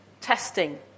testing